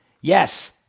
Yes